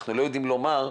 ואנחנו לא יודעים לומר,